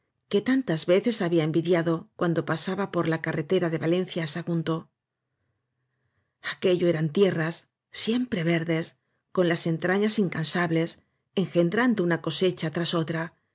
que tantas veces había envidiado cuando pasaba por la carretera de valencia á sagunto aquello eran tierras siempre verdes con las entrañas incansables engendrando una co secha tras otra